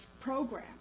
program